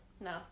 No